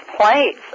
place